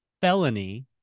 felony